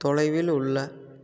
தொலைவில் உள்ள